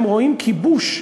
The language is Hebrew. הם רואים כיבוש,